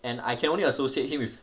and I can only associate him with